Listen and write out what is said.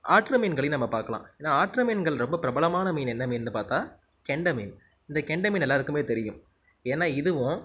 ஆற்று மீன்களையும் நம்ம பார்க்கலாம் ஏன்னா ஆற்று மீன்கள் ரொம்ப பிரபலமான மீன் என்ன மீன் பார்த்தா கெண்டை மீன் இந்த கெண்டை மீன் எல்லாருக்குமே தெரியும் ஏன்னா இதுவும்